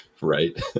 right